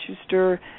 Schuster